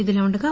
ఇదిలా ఉండగా